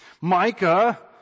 Micah